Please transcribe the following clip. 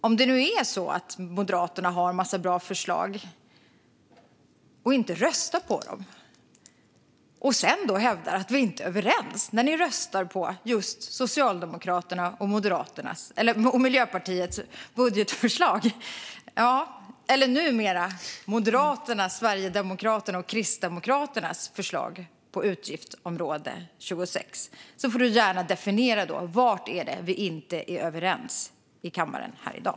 Om det nu är så att ni i Moderaterna har en massa bra förslag, inte röstar på dem och sedan hävdar att vi inte är överens när ni röstar på just Socialdemokraternas och Miljöpartiets budgetförslag - eller numera Moderaternas, Sverigedemokraternas och Kristdemokraternas förslag på utgiftsområde 26 - får du gärna definiera var vi inte är överens här i kammaren i dag.